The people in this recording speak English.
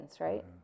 right